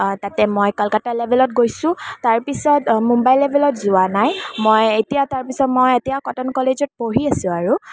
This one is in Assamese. তাতে মই কলকাতা লেভেলত গৈছোঁ তাৰপিছত মুম্বাই লেভেলত যোৱা নাই মই এতিয়া তাৰপিছত মই এতিয়া কটন কলেজত পঢ়ি আছোঁ আৰু